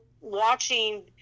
watching